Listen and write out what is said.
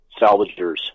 salvagers